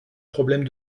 problème